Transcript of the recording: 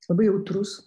labai jautrus